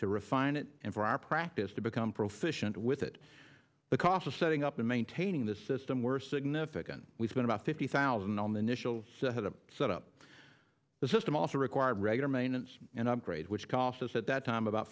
to refine it and for our practice to become proficient with it the cost of setting up and maintaining this system were significant we've been about fifty thousand on the initial had a set up the system also required regular maintenance and upgrade which cost us at that time about